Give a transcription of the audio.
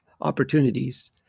opportunities